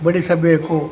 ಬಡಿಸಬೇಕು